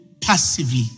passively